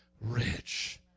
rich